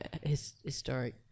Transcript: historic